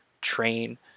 train